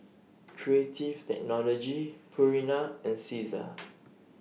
Creative Technology Purina and Cesar